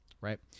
right